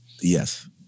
Yes